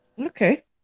Okay